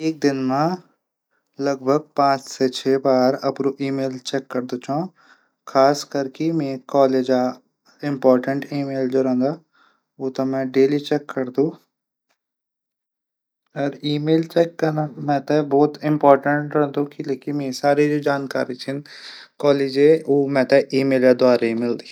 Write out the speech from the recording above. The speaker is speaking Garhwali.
एक दिन मा अपड ईमेल पांच से छः बार चैक करदू छौ खासतौर पर कॉलेज जू ईमेल हूदा ऊथै डेली चैक करदू। ईमेल चैक कनो मेथे बहुत ऊ रैंदू किले की कॉलेज जू खास जानकारी हूंदी मेथे ईमेल द्वारा ही मिलदी।